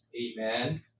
Amen